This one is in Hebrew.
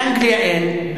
באנגליה אין,